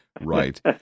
Right